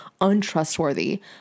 untrustworthy